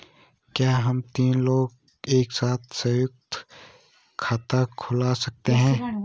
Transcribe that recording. क्या हम तीन लोग एक साथ सयुंक्त खाता खोल सकते हैं?